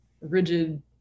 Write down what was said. rigid